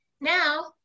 Now